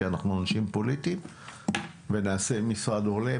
כי אנחנו אנשים פוליטיים ונעשה משרד הולם.